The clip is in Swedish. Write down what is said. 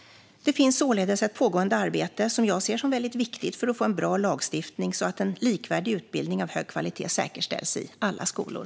Det finns således ett pågående arbete som jag ser som väldigt viktigt för att få en bra lagstiftning så att en likvärdig utbildning av hög kvalitet säkerställs i alla skolor.